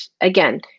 again